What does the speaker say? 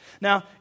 Now